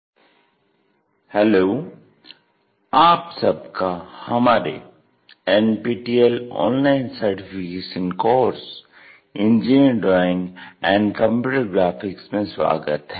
projections of solids I hello आप सबका हमारे NPTEL online certification course engineering drawing and computer graphics में स्वागत है